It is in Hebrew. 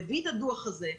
מביא את הדוח הזה,